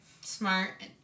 smart